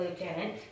lieutenant